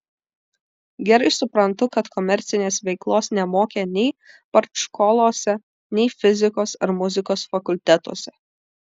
gerai suprantu kad komercinės veiklos nemokė nei partškolose nei fizikos ar muzikos fakultetuose